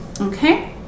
okay